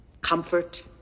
Comfort